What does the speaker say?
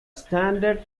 standard